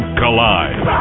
collide